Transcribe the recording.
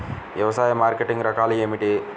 వ్యవసాయ మార్కెటింగ్ రకాలు ఏమిటి?